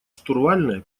штурвальное